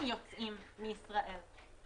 יוכלו למכור את הכרטיסים האלה לישראלים אחרים.